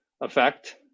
effect